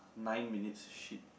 nine minutes shit